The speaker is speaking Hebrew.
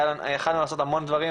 יכולנו לעשות המון דברים,